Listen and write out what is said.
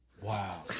Wow